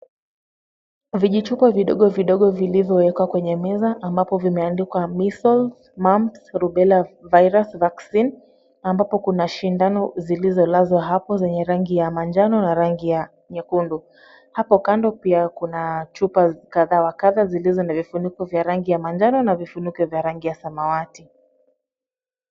Vijichupa vidogo vidogo vilivyowekwa kwenye meza, ambapo zimeandikwa Measles ,Mumps, Rubella Virus Vaccine , ambapo kuna sindano zilizolazwa hapo zenye rangi ya manjano na rangi ya nyekundu. Hapo kando pia kuna chupa kadhaa wa kadha, zilizo na vifuniko vya rangi ya manjano na vifuniko vya rangi ya samawati.